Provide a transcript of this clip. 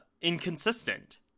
inconsistent